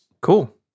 Cool